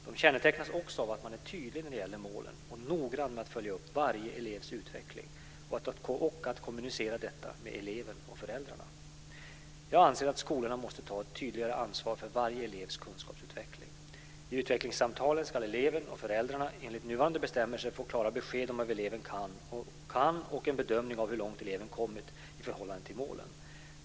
De kännetecknas också av att man är tydlig när det gäller målen och noggrann med att följa upp varje elevs utveckling och att kommunicera med eleven och föräldrarna när det gäller detta. Jag anser att skolorna måste ta ett tydligare ansvar för varje elevs kunskapsutveckling. I utvecklingssamtalen ska eleven och föräldrarna enligt nuvarande bestämmelser få klara besked om vad eleven kan och en bedömning av hur långt eleven kommit i förhållande till målen.